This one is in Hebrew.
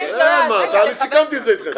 מה, סיכמתי את זה אתכם.